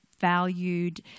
valued